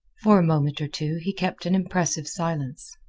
for a moment or two he kept an impressive silence.